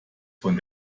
von